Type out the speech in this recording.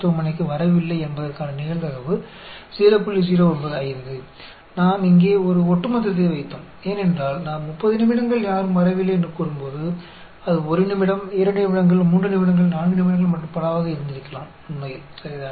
हमने यहां एक क्युमुलेटिव रखा है क्योंकि जब हम कहते हैं कि 30 मिनट तक कोई नहीं आया तो यह 1 मिनट 2 मिनट 3 मिनट 4 मिनट और वास्तव में इतने पर हो सकता है ठीक है